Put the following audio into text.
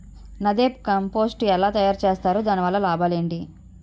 NADEP compost ఎలా తయారు చేస్తారు? దాని వల్ల లాభాలు ఏంటి?